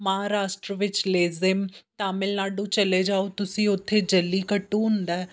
ਮਹਾਰਾਸ਼ਟਰ ਵਿੱਚ ਲੇਜ਼ਿਮ ਤਮਿਲਨਾਡੂ ਚਲੇ ਜਾਓ ਤੁਸੀਂ ਉੱਥੇ ਜਲੀ ਕੱਢੂ ਹੁੰਦਾ